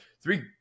three